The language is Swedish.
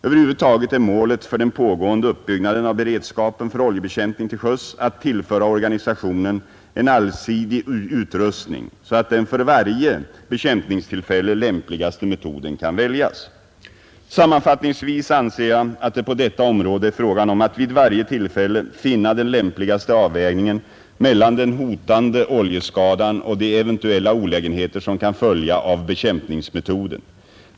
Över huvud taget är målet för den pågående uppbyggnaden av beredskapen för oljebekämpning till sjöss att tillföra organisationen en allsidig utrustning så att den för varje bekämpningstillfälle lämpligaste metoden kan väljas. Sammanfattningsvis anser jag att det på detta område är fråga om att vid varje tillfälle finna den lämpligaste avvägningen mellan den hotande oljeskadan och de eventuella olägenheter som kan följa av bekämpningsmetoden.